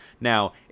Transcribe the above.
Now